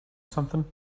something